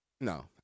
no